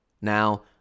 Now